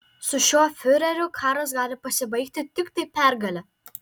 su šiuo fiureriu karas gali pasibaigti tiktai pergale